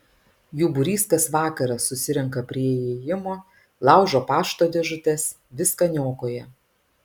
jų būrys kas vakarą susirenka prie įėjimo laužo pašto dėžutes viską niokoja